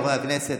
חברי הכנסת,